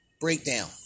breakdown